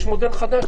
יש מודל חדש,